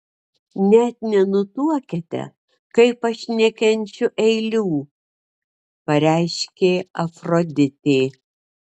net nenutuokiate kaip aš nekenčiu eilių pareiškė afroditė